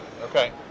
okay